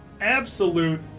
absolute